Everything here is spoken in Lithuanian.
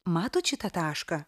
matot šitą tašką